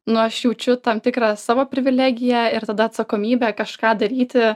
nu aš jaučiu tam tikrą savo privilegiją ir tada atsakomybę kažką daryti